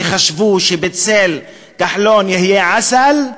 וחשבו שבצל כחלון יהיה עסל,